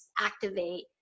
activate